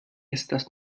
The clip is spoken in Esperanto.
estas